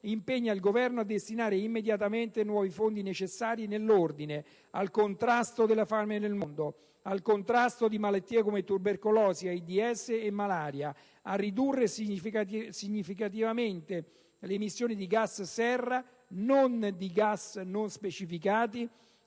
impegna il Governo a destinare immediatamente nuovi fondi necessari al contrasto della fame nel mondo e al contrasto di malattie quali l'AIDS, la tubercolosi e la malaria; a ridurre significativamente le emissioni di gas serra (non di gas non specificati,